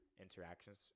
Interactions